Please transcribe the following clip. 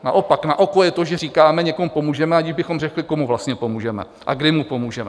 Naopak naoko je to, že říkáme, že někomu pomůžeme, aniž bychom řekli, komu vlastně pomůžeme a kdy mu pomůžeme.